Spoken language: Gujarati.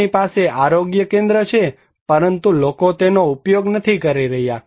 તેમની પાસે આરોગ્ય કેન્દ્ર છે પરંતુ લોકો તેનો ઉપયોગ નથી કરી રહ્યા